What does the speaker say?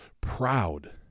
proud